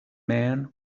man